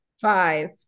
Five